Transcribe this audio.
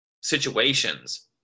situations